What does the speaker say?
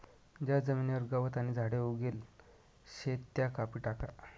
ज्या जमीनवर गवत आणि झाडे उगेल शेत त्या कापी टाका